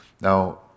Now